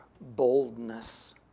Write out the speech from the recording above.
boldness